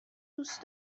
دوست